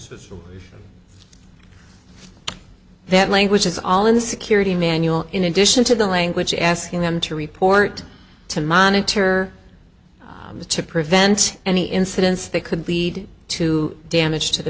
of that language is all in the security manual in addition to the language asking them to report to monitor the to prevent any incidents that could lead to damage to the